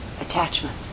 attachment